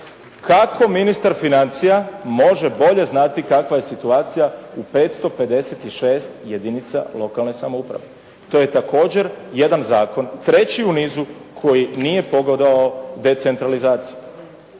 kako ministar financija može bolje znati kakva je situacija u 556 jedinica lokalne samouprave? To je također jedan zakon treći u nizu koji nije pogodovao decentralizaciji.